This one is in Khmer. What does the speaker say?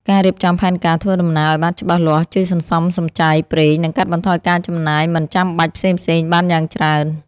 ការរៀបចំផែនការធ្វើដំណើរឱ្យបានច្បាស់លាស់ជួយសន្សំសំចៃប្រេង និងកាត់បន្ថយការចំណាយមិនចាំបាច់ផ្សេងៗបានយ៉ាងច្រើន។